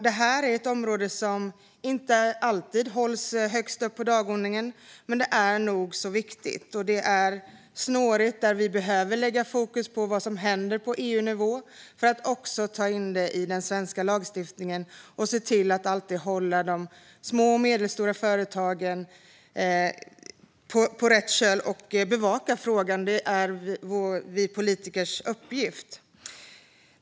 Det här är ett område som inte alltid hålls högst upp på dagordningen, men det är nog så viktigt. Vi behöver lägga fokus på vad som händer på EU-nivå för att ta in frågorna i den svenska lagstiftningen och se till att alltid hålla de små och medelstora företagen på rätt köl. Det är politikernas uppgift att bevaka frågan.